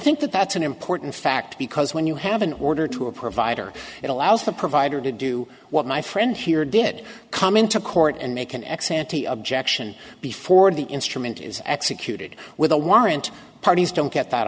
think that that's an important fact because when you have an order to a provider it allows the provider to do what my friend here did come into court and make an ex ante objection before the instrument is executed with a warrant parties don't get that